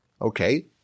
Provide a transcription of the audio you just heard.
Okay